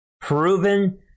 proven